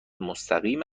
مستقیم